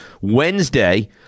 Wednesday